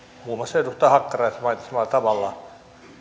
muun muassa edustaja hakkaraisen mainitsemalla tavalla